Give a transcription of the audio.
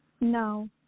No